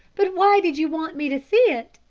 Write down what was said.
but why did you want me to see it?